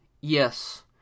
Yes